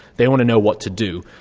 the want to know what to do.